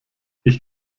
ich